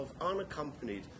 unaccompanied